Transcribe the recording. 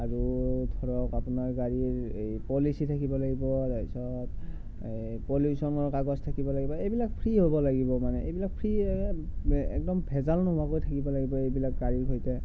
আৰু ধৰক আপোনাৰ গাড়ীৰ এই পলিচি থাকিব লাগিব তাৰপিছত এই পলিউশ্যনৰ কাগজ থাকিব লাগিব এইবিলাক ফ্ৰী হ'ব লাগিব মানে এইবিলাক ফ্ৰীয়ে একদম ভেজাল নোহোৱাকৈ থাকিব লাগিব এইবিলাক গাড়ীৰ সৈতে